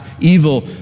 evil